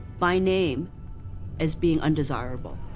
by name as being undesirable.